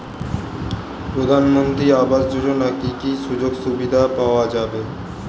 প্রধানমন্ত্রী আবাস যোজনা কি কি সুযোগ সুবিধা পাওয়া যাবে?